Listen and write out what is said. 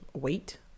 wait